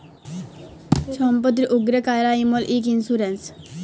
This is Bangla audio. ছম্পত্তির উপ্রে ক্যরা ইমল ইক ইল্সুরেল্স